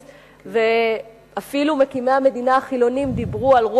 אפילו מקימי המדינה החילונים דיברו על רוח עברית,